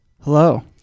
Hello